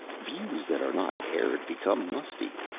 views that are not aired become musty.